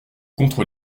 contre